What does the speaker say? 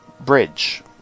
bridge